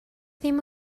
ddim